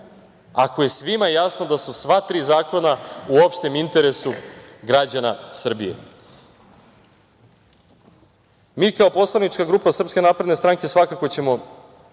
ako je svima jasno da su sva tri zakona u opštem interesu građana Srbije? Mi kao poslanička grupa SNS svakako ćemo